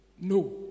No